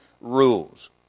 rules